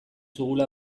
dugula